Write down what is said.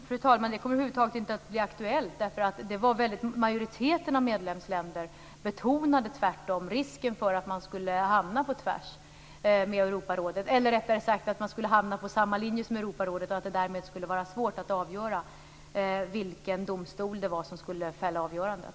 Fru talman! Det kommer över huvud taget inte att bli aktuellt. Majoriteten av medlemsländerna betonade tvärtom risken för att man hamnar på samma linje som Europarådet och att det därmed är svårt att avgöra vilken domstol som skall fälla avgörandet.